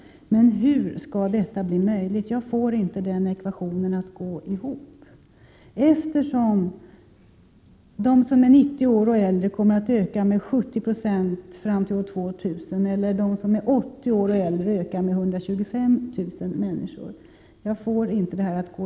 Men hur skall detta bli möjligt? Jag får inte den ekvationen att gå ihop, eftersom de som är 90 år och äldre kommer att öka med 70 Jo fram till år 2000 och de som är 80-90 år ökar med 125 000 människor. Hur skall man klara det här löftet?